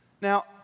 Now